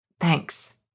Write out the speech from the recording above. thanks